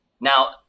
now